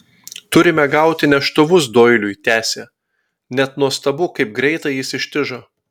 turime gauti neštuvus doiliui tęsė net nuostabu kaip greitai jis ištižo